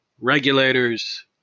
regulators